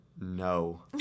No